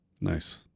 Nice